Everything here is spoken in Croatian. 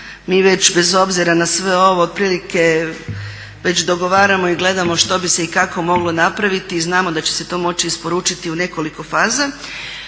mi već bez obzira na sve ovo otprilike već dogovaramo i gledamo što bi se i kako moglo napraviti i znamo da će se to moći isporučiti u nekoliko faza,